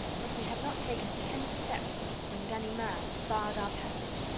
but we had not taken ten steps when ganimard barred our passage.